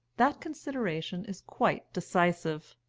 that consideration is quite decisive.